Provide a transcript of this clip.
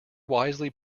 wisely